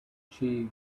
she